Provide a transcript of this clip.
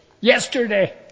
yesterday